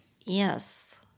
yes